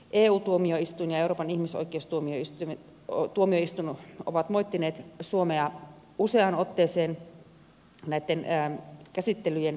eu tuomioistuin ja euroopan ihmisoikeustuomioistuin ovat moittineet suomea useaan otteeseen näitten käsittelyjen venymisestä